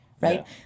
right